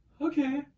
okay